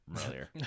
earlier